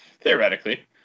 Theoretically